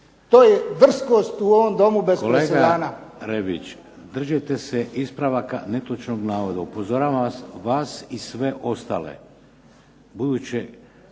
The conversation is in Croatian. To je drskost u ovom Domu bez presedana! **Šeks, Vladimir (HDZ)** Kolega Rebić, držite se ispravaka netočnog navoda. Upozoravam vas i sve ostale ubuduće